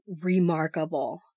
remarkable